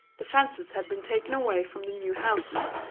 the fences had been taken away from the new houses,